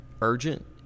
urgent